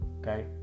Okay